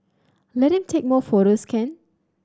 let him take more photos can